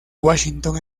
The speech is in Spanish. washington